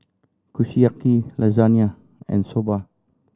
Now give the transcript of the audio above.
Kushiyaki Lasagne and Soba